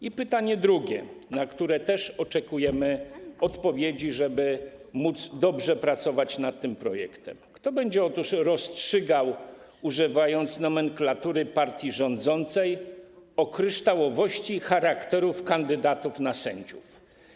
I pytanie drugie, na które też oczekujemy odpowiedzi, żeby móc dobrze pracować nad tym projektem: Kto będzie rozstrzygał - używając nomenklatury partii rządzącej - o kryształowości charakterów kandydatów na sędziów?